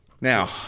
Now